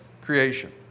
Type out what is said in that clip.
creation